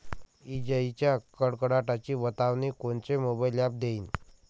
इजाइच्या कडकडाटाची बतावनी कोनचे मोबाईल ॲप देईन?